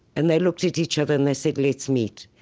and they looked at each other and they said, let's meet.